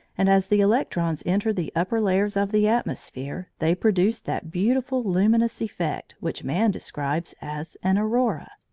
and as the electrons enter the upper layers of the atmosphere they produce that beautiful luminous effect which man describes as an aurora.